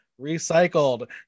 recycled